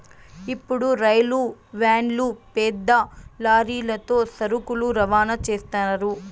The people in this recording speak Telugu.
ఇప్పుడు రైలు వ్యాన్లు పెద్ద లారీలతో సరుకులు రవాణా చేత్తారు